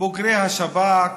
בוגרי שב"כ,